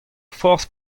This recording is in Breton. forzh